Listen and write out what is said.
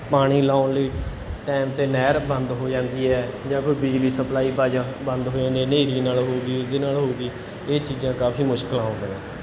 ਪਾਣੀ ਲਾਉਣ ਲਈ ਟਾਈਮ 'ਤੇ ਨਹਿਰ ਬੰਦ ਹੋ ਜਾਂਦੀ ਹੈ ਜਾਂ ਕੋਈ ਬਿਜਲੀ ਸਪਲਾਈ ਬਜ ਬੰਦ ਹੋ ਜਾਂਦੀ ਹੈ ਹਨੇਰੀ ਨਾਲ ਹੋ ਗਈ ਇਹਦੇ ਨਾਲ ਹੋ ਗਈ ਇਹ ਚੀਜ਼ਾਂ ਕਾਫੀ ਮੁਸ਼ਕਲਾਂ ਆਉਂਦੀਆਂ